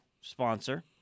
sponsor